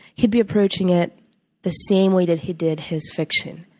he'd be approaching it the same way that he did his fiction.